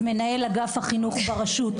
אז מנהל אגף החינוך ברשות,